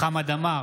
חמד עמאר,